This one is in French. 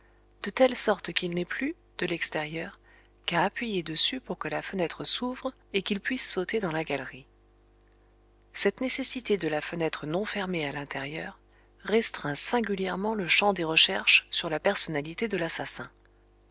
de telle sorte qu'il n'ait plus de l'extérieur qu'à appuyer dessus pour que la fenêtre s'ouvre et qu'il puisse sauter dans la galerie cette nécessité de la fenêtre non fermée à l'intérieur restreint singulièrement le champ des recherches sur la personnalité de l'assassin